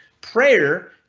Prayer